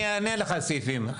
אני אענה לך על סעיפים.